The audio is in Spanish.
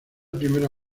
primera